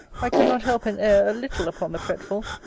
i could not help an air a little upon the fretful,